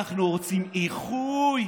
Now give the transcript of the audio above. אנחנו רוצים איחוי,